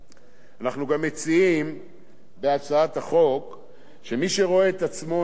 אנחנו גם מציעים בהצעת החוק שמי שרואה את עצמו נפגע